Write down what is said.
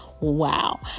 wow